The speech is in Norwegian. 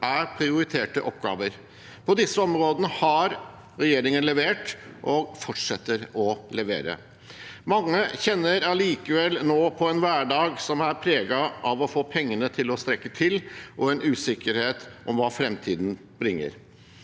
er prioriterte oppgaver. På disse områdene har regjeringen levert og fortsetter å levere. Mange kjenner allikevel nå på en hverdag som er preget av å få pengene til å strekke til, og en usikkerhet om hva framtiden bringer.